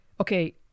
okay